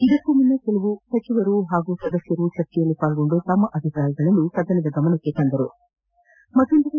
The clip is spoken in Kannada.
ಇದಕ್ಕೂ ಮುನ್ನ ಕೆಲವು ಸಚಿವರು ಹಾಗೂ ಸದಸ್ನರು ಚರ್ಚೆಯಲ್ಲಿ ಪಾಲ್ಗೊಂಡು ತಮ್ನ ಅಭಿಪ್ರಾಯಗಳನ್ನು ಸದನದ ಗಮನಕ್ಕೆ ತಂದರು